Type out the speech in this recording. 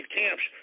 camps